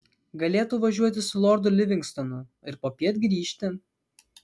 galėtų važiuoti su lordu livingstonu ir popiet grįžti